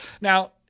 Now